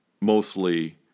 mostly